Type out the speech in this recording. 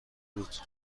بود